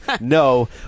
No